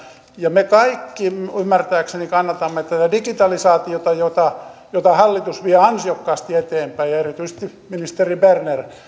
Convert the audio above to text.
me kaikki ymmärtääkseni kannatamme tätä digitalisaatiota jota jota hallitus vie ansiokkaasti eteenpäin ja erityisesti ministeri berner